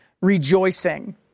rejoicing